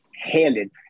handed